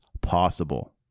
possible